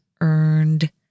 earned